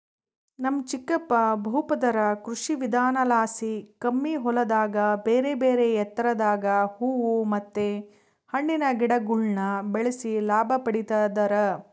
ನಮ್ ಚಿಕ್ಕಪ್ಪ ಬಹುಪದರ ಕೃಷಿವಿಧಾನಲಾಸಿ ಕಮ್ಮಿ ಹೊಲದಾಗ ಬೇರೆಬೇರೆ ಎತ್ತರದಾಗ ಹೂವು ಮತ್ತೆ ಹಣ್ಣಿನ ಗಿಡಗುಳ್ನ ಬೆಳೆಸಿ ಲಾಭ ಪಡಿತದರ